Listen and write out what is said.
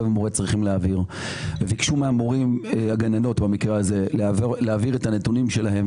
ומורה צריך להעביר וביקשו מן הגננות להעביר את הנתונים שלהן,